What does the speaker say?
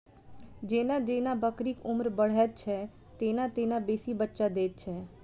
जेना जेना बकरीक उम्र बढ़ैत छै, तेना तेना बेसी बच्चा दैत छै